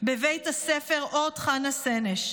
בבית הספר אורט חנה סנש.